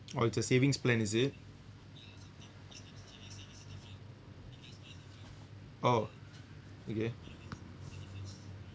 orh it's a savings plan is it oh okay